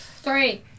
Three